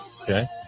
Okay